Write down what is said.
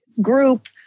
group